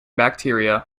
bacteria